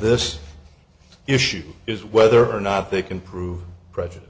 this issue is whether or not they can prove prejudice